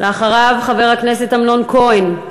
אחריו, חבר הכנסת אמנון כהן.